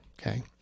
Okay